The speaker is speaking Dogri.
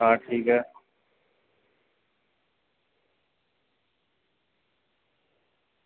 हां ठीक ऐ